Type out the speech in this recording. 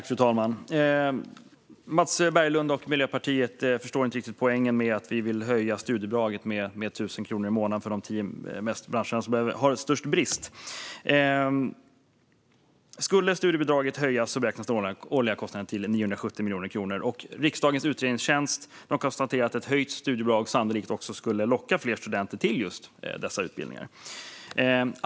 Fru talman! Mats Berglund och Miljöpartiet förstår inte riktigt poängen med att vi vill höja studiebidraget med 1 000 kronor i månaden för dem som utbildar sig till yrken i de branscher som har störst brist på personal. Om studiebidraget skulle höjas beräknas den årliga kostnaden till 970 miljoner kronor. Riksdagens utredningstjänst har konstaterat att ett höjt studiebidrag sannolikt skulle locka fler studenter till dessa utbildningar.